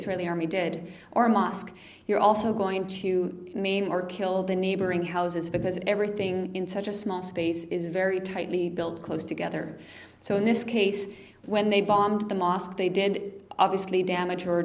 israeli army did or a mosque you're also going to mean or kill the neighboring houses because everything in such a small space is very tightly billed close together so in this case when they bombed the mosque they did obviously damage or